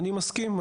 אני מסכים.